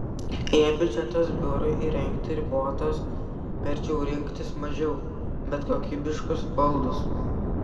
jei biudžetas biurui įrengti ribotas verčiau rinktis mažiau bet kokybiškus baldus